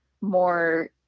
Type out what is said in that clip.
more